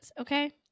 Okay